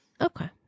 Okay